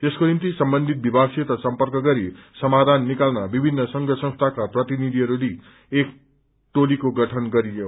यसको निम्ति सम्बन्धित विभागसित सम्पर्क गरी समाधान निकाल्न विभिन्न संघ संस्थाका प्रतिनिथिहरू लिई एक टोलीको गठन गरियो